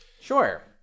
Sure